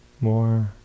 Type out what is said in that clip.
more